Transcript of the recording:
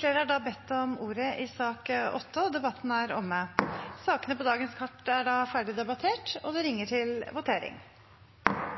Flere har ikke bedt om ordet til sak nr. 8. Statsråd Frank Bakke-Jensen vil overbringe 1 kgl. proposisjon. Stortinget er da klar til å gå til votering.